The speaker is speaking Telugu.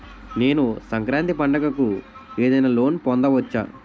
నేను సంక్రాంతి పండగ కు ఏదైనా లోన్ పొందవచ్చా?